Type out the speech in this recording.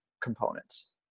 components